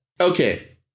Okay